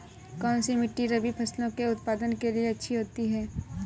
कौनसी मिट्टी रबी फसलों के उत्पादन के लिए अच्छी होती है?